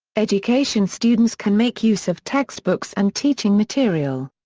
education students can make use of textbooks and teaching material.